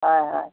হয় হয়